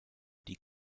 die